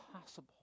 possible